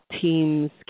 teams